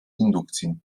indukcji